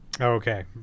Okay